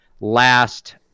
last